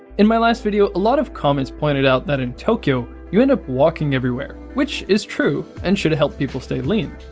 in my last video, a lot of comments pointed out that in tokyo you end up walking everywhere, which is true and should help people stay lean.